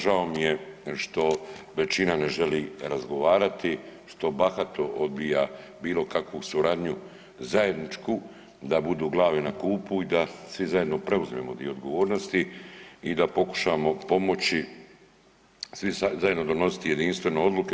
Žao mi je što većina ne želi razgovarati, što bahato odbija bilo kakvu suradnju zajedničku da budu glave na kupu i da svi zajedno preuzmemo dio odgovornosti i da pokušamo pomoći, svi zajedno donositi jedinstvene odluke.